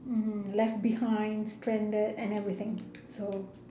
mm left behind stranded and everything so